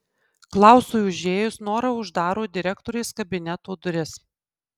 klausui užėjus nora uždaro direktorės kabineto duris